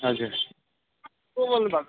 हजुर